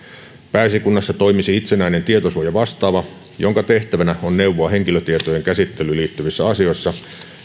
pääesikunnassa toimisi itsenäinen tietosuojavastaava jonka tehtävänä on neuvoa henkilötietojen käsittelyyn liittyvissä asioissa